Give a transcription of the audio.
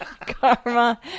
Karma